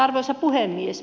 arvoisa puhemies